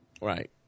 Right